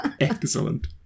Excellent